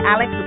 Alex